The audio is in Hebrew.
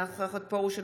אינה נוכחת מאיר פרוש,